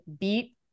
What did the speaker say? beat